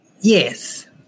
Yes